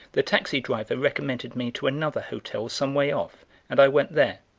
the taxi driver recommended me to another hotel some way off and i went there.